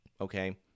Okay